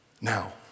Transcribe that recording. Now